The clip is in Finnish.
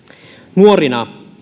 nuoria